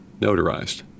notarized